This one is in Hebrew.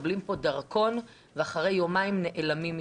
מקבלים דרכון ואחרי יומיים נעלמים מכאן.